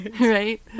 right